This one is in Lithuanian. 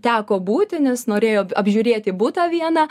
teko būti nes norėjo žiūrėti butą vieną